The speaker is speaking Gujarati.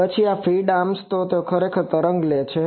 પછી આ ફીડ આર્મ્સ છે તેઓ ખરેખર તે તરંગ લે છે